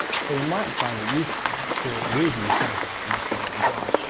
so you might find it useful to review some parts of this video again.